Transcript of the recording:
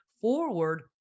forward